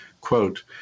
quote